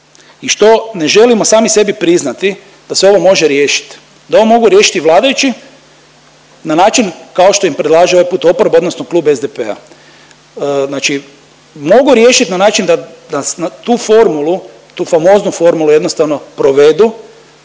i što ne želimo sami sebi priznati da se ovo može riješiti, da ovo mogu riješiti vladajući na način kao što im predlaže ovaj put oporba odnosno Klub SDP-a. Znači mogu riješit na način da na tu formulu, tu famoznu formulu jednostavno provedu